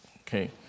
Okay